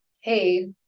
hey